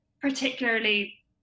particularly